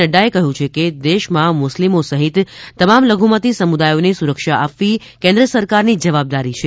નડ્રાએ કહ્યું છે કે દેશમાં મુસ્લિમો સહિત તમામ લધુમતી સમુદાયોને સુરક્ષા આપવી કેન્દ્ર સરકારની જવાબદારી છે